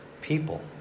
people